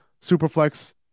superflex